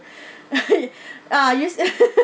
ah yes